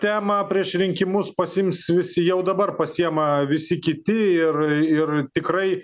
temą prieš rinkimus pasiims visi jau dabar pasiema visi kiti ir ir tikrai